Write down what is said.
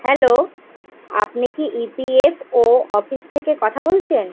hello আপনি কি EPFO office থেকে কথা বলছেন